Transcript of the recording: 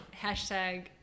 Hashtag